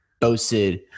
boasted